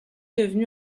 devenu